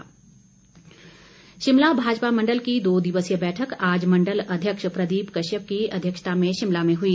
भाजपा बैठक शिमला भाजपा मण्डल की दो दिवसीय बैठक आज मण्डल अध्यक्ष प्रदीप कश्यप की अध्यक्ष्ता में शिमला में हुई